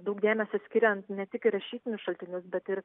daug dėmesio skiriant ne tik į rašytinius šaltinius bet ir